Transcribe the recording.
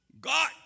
God